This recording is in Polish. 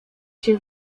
się